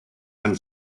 and